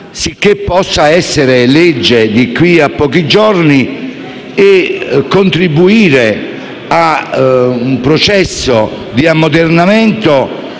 sicché possa essere legge di qui a pochi giorni e contribuire a un processo di ammodernamento